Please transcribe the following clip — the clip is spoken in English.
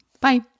Bye